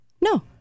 No